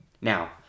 Now